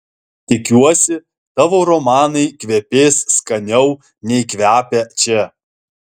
tikiuosi tavo romanai kvepės skaniau nei kvepia čia